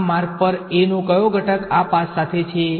આ માર્ગ પર A નો કયો ઘટક આ પાથ સાથે છે